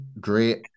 Great